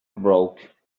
broke